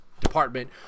Department